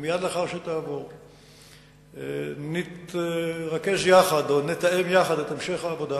ומייד לאחר שתעבור נתרכז יחד או נתאם יחד את המשך העבודה